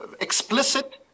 explicit